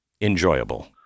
enjoyable